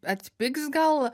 atpigs gal